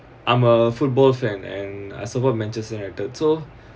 I'm a football fan and I support manchester united so